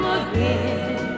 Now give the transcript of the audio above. again